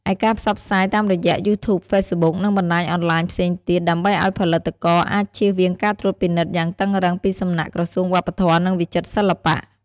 ឯការផ្សព្វផ្សាយតាមរយៈ យូធូប ហ្វេសប៊ុក និងបណ្ដាញអនឡាញផ្សេងទៀត ដើម្បីឲ្យផលិតករអាចជៀសវាងការត្រួតពិនិត្យយ៉ាងតឹងរឹងពីសំណាក់ក្រសួងវប្បធម៌ និងវិចិត្រសិល្បៈ។